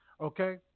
Okay